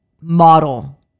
model